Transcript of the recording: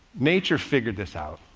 nature figured this out.